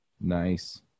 Nice